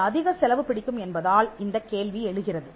இது அதிக செலவு பிடிக்கும் என்பதால் இந்தக் கேள்வி எழுகிறது